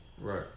Right